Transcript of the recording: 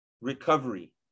recovery